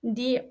di